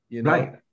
Right